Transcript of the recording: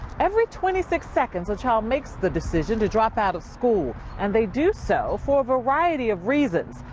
every twenty six sections, a child makes the decision to drop out of school and they do so for a variety of reasons.